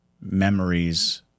memories